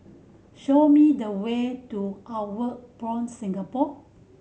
show me the way to Outward Bound Singapore